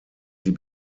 sie